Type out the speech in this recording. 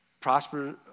Prosper